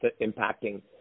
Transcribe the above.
impacting